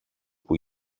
που